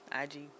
IG